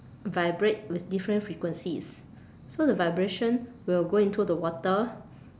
vibrate with different frequencies so the vibration will go into the water